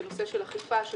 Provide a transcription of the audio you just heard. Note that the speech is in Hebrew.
ונושא של אכיפה,